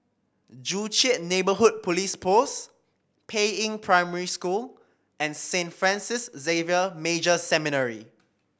Joo Chiat Neighbourhood Police Post Peiying Primary School and Saint Francis Xavier Major Seminary